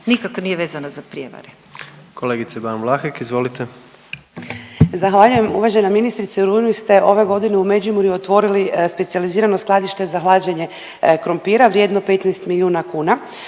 Kolegice Ban Vlahek, izvolite. **Ban, Boška (SDP)** Zahvaljujem. Uvažena ministrice, u rujnu ste ove godine u Međimurju otvorili specijalizirano skladište za hlađenje krumpira vrijedno 15 milijuna kuna.